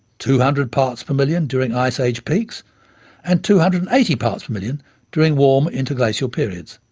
two hundred parts per million during ice age peaks and two hundred and eighty parts per million during warm interglacial periods.